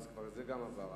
אבל גם זה כבר עבר,